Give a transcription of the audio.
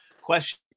question